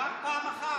רק פעם אחת.